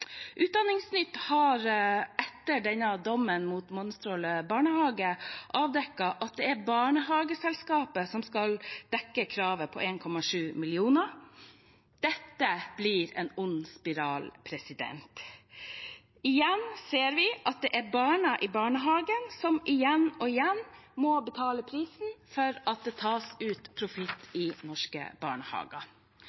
Etter denne dommen mot Månestråle barnehage har Utdanningsnytt avdekket at det er barnehageselskapet som skal dekke kravet på 1,7 mill. kr. Dette blir en ond spiral. Igjen ser vi at det er barna i barnehagen som må betale prisen for at det tas ut profitt